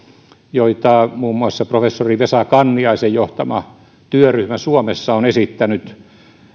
joita muun muassa professori vesa kanniaisen johtama työryhmä suomessa on esittänyt